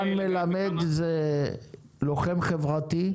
רן מלמד הוא לוחם חברתי,